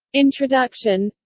introduction